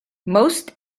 most